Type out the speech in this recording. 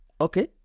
Okay